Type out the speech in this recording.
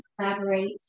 collaborate